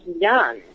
young